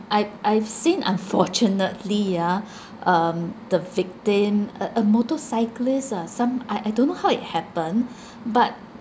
I~ I've seen unfortunately yeah um the victim a a motorcyclist ah some I I don't know how it happened but